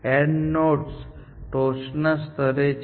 AND node ટોચના સ્તરે છે